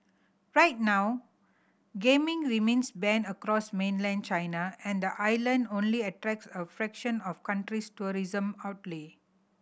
right now gaming remains banned across mainland China and the island only attracts a fraction of country's tourism outlay